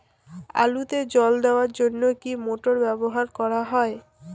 আলুতে জল দেওয়ার জন্য কি মোটর ব্যবহার করা যায়?